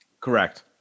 Correct